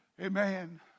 amen